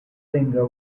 singer